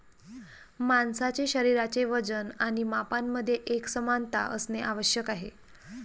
माणसाचे शरीराचे वजन आणि मापांमध्ये एकसमानता असणे आवश्यक आहे